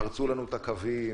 פרצו לנו את הקווים,